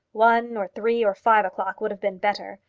one, or three, or five o'clock would have been better,